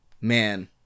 man